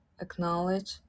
acknowledge